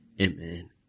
Amen